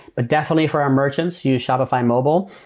but definitely for our merchants, use shopify mobile.